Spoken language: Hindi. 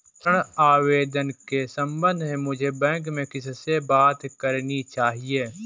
ऋण आवेदन के संबंध में मुझे बैंक में किससे बात करनी चाहिए?